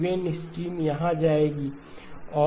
even stream यहाँ जाएगी